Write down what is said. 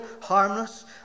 harmless